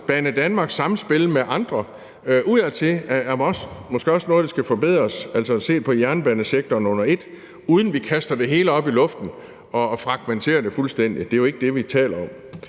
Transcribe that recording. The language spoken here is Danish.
Banedanmarks samspil med andre udadtil er måske også noget, der skal forbedres, altså at se på jernbanesektoren under et, uden at vi kaster det hele op i luften og fragmenterer det fuldstændig. Det er jo ikke det, vi taler om,